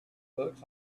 books